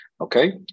Okay